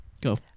Go